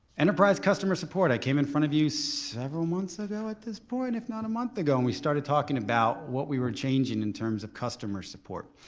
enterprise customer support. i came in front of you several months ago at this point, if not a month ago, and we started talking about what we were changing in terms of customer support.